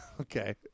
Okay